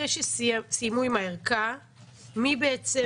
אחרי שסיימו עם הערכה מי בעצם